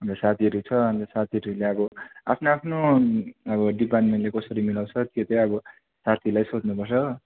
अन्त साथीहरू छ अन्त साथीहरूले अब आफ्नो आफ्नो अब डिपार्टमेन्टले कसरी मिलाउँछ त्यो चाहिँ अब साथीलाई सोध्नुपर्छ हो